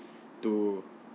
to